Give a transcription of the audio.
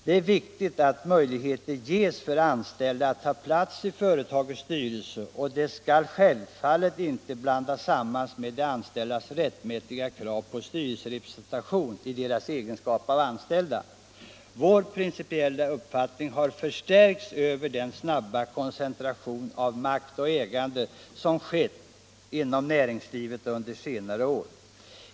Det är viktigt att möjlighet ges för anställda att ta plats i företagets styrelse, och det skall självfallet inte blandas samman med de anställdas rättmätiga krav på styrelserepresentation i deras egenskap av anställda. Vår principiella uppfattning har förstärkts genom den snabba koncentration av makt och ägande som har skett inom näringslivet under senare år.